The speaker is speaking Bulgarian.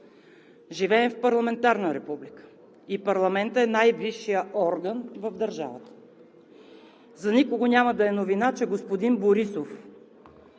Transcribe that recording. Живеем в парламентарна република и парламентът е най-висшият орган в държавата. За никого няма да е новина, че господин Борисов